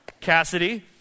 Cassidy